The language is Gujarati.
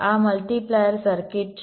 આ મલ્ટિપ્લાયર સર્કિટ છે